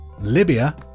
Libya